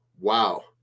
wow